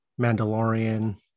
Mandalorian